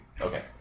Okay